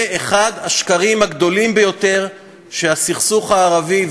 זה אחד השקרים הגדולים ביותר שהסכסוך הערבי,